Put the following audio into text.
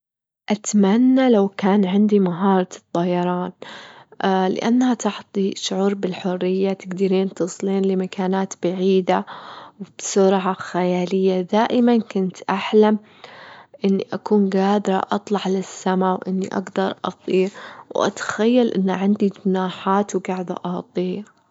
أتمنى لو كان عندي مهارة الطيران، لأنها تعطي شعور بالحرية، تجدرين تصلين لمكانات بعيدة وبسرعة خيالية، دائمًا كنت أحلم إني أكون جادرة أطلع للسما، وإني أجدر أطير، وأتخيل إن عندي جناحات وجاعدة أطير.